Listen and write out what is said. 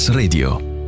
Radio